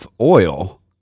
oil